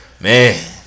man